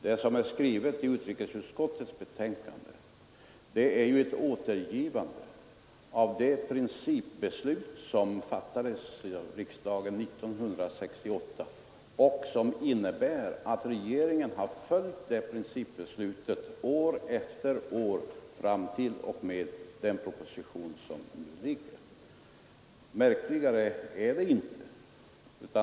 Det som är skrivet i utskottsbetänkandet är ett återgivande av det principbeslut som fattades av riksdagen 1968, vilket principbeslut regeringen har följt år efter år fram till och med den proposition som nu ligger. Märkligare är det inte.